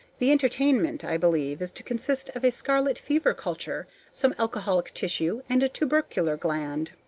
the entertainment, i believe, is to consist of a scarlet-fever culture, some alcoholic tissue, and a tubercular gland.